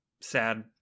sad